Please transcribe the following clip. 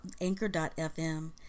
anchor.fm